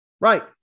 right